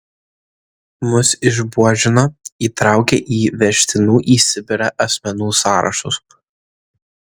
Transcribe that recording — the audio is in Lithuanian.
mus išbuožino įtraukė į vežtinų į sibirą asmenų sąrašus